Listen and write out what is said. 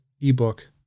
ebook